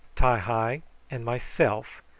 ti-hi, and myself,